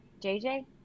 jj